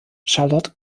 charlotte